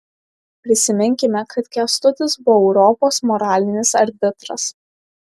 prisiminkime kad kęstutis buvo europos moralinis arbitras